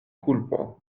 kulpo